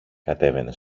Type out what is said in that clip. κατέβαινε